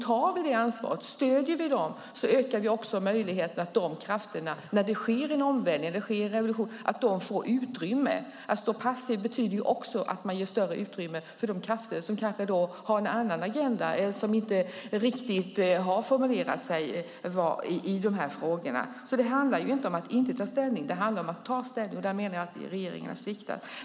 Tar vi detta ansvar och stöder dem ökar vi också möjligheterna för att dessa krafter, när det sker en omvälvning eller en revolution, får utrymme. Att stå passiv betyder också att man ger större utrymme för de krafter som kanske har en annan agenda och som inte riktigt har formulerat sig i dessa frågor. Det handlar alltså inte om att inte ta ställning. Det handlar om att ta ställning. Där menar jag att regeringen har sviktat.